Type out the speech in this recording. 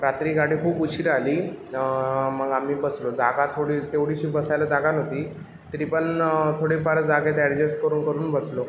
रात्री गाडी खूप उशिरा आली मग आम्ही बसलो जागा थोडी तेवढीशी बसायला जागा नव्हती तरी पण थोडेफार जागेत ॲडजेस करून करून बसलो